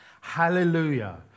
Hallelujah